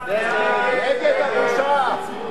נגד הבושה.